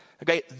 Okay